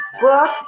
books